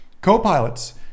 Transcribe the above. Co-pilots